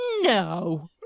no